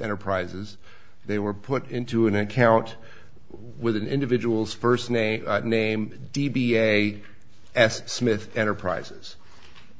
enterprises they were put into an account with an individual's first name a name d b a s smith enterprises